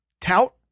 Tout